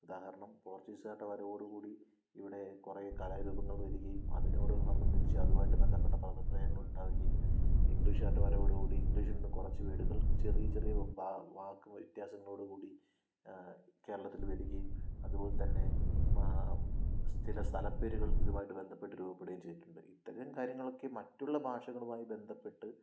ഉദാഹരണം പോർച്ചുഗീസുകാരുടെ വരവോടുകൂടി ഇവിടെ കുറെ കലാരൂപങ്ങൾ വരികയും അതിനോട് സംബന്ധിച്ച് അതുമായിട്ട് ബന്ധപ്പെട്ട പദപ്രയോഗങ്ങളുണ്ടാവുകയും ഇംഗ്ലീഷുകാരുടെ വരവോടു കൂടി ഇംഗ്ലീഷിൽ നിന്ന് കുറച്ച് വേഡുകൾ ചെറിയ ചെറിയ വാക്ക് വ്യത്യാസങ്ങളോടുകൂടി കേരളത്തിൽ വരികയും അതുപോലെ തന്നെ ചില സ്ഥലപ്പേരുകൾ ഇതുമായിട്ട് ബന്ധപ്പെട്ട് രൂപപ്പെടുകയും ചെയ്തിട്ടുണ്ട് ഇത്തരം കാര്യങ്ങളൊക്കെ മറ്റുള്ള ഭാഷകളുമായി ബന്ധപ്പെട്ട്